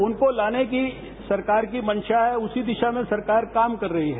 उनको लाने की सरकार की मंशा है उसी दिशा में सरकार काम कर रही है